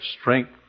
strength